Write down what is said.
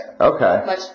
Okay